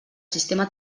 sistema